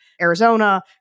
Arizona